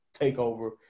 takeover